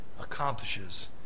accomplishes